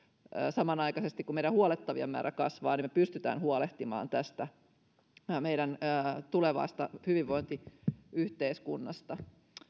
samanaikaisesti kuin meidän huollettavien määrä kasvaa eli me pystymme huolehtimaan tästä meidän tulevasta hyvinvointiyhteiskunnasta